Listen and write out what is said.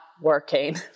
working